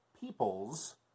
people's